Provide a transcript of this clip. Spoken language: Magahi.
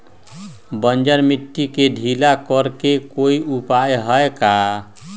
बंजर मिट्टी के ढीला करेके कोई उपाय है का?